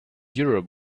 europe